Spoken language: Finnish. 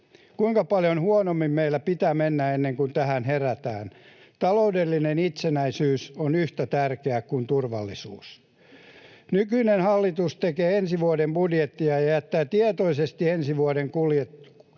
Kuinka paljon huonommin meillä pitää mennä ennen kuin tähän herätään? Taloudellinen itsenäisyys on yhtä tärkeää kuin turvallisuus. Nykyinen hallitus tekee ensi vuoden budjettia ja jättää tietoisesti ensi vuoden kuluja